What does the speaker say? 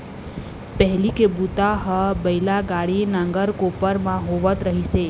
पहिली के बूता ह बइला गाड़ी, नांगर, कोपर म होवत रहिस हे